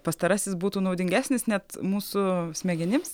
pastarasis būtų naudingesnis net mūsų smegenims